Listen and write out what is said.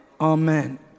Amen